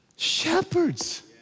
Shepherds